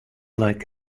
like